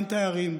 אין תיירים,